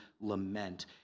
lament